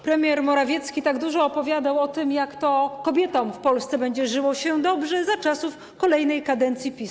Premier Morawiecki tak dużo opowiadał o tym, jak to kobietom w Polsce będzie żyło się dobrze za czasów kolejnej kadencji PiS.